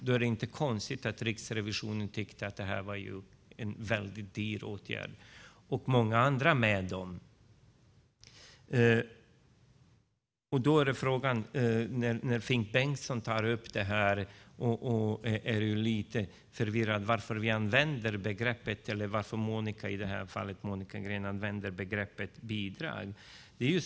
Då är det inte konstigt att Riksrevisionen, och många andra med dem, tyckte att det var en väldigt dyr åtgärd. Finn Bengtsson tar upp frågan varför vi använder begreppet, i det här fallet Monica Green, "bidrag".